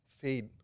fade